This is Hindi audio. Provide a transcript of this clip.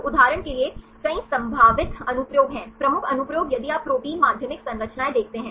तो उदाहरण के लिए कई संभावित अनुप्रयोग हैं प्रमुख अनुप्रयोग यदि आप प्रोटीन माध्यमिक संरचनाएं देखते हैं